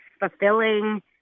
fulfilling